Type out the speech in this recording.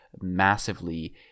massively